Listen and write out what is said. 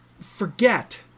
forget